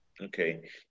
Okay